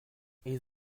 ils